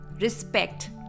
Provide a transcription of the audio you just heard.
Respect